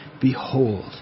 behold